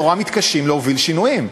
נורא מתקשים להוביל שינויים.